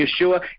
Yeshua